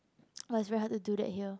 well it's very hard to do that here